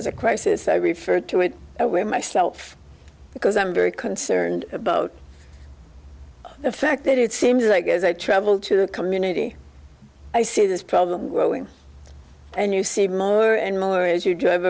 as a crisis i refer to it where myself because i'm very concerned about the fact that it seems like as i travel to the community i see this problem growing and you see more and more as you drive